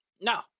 No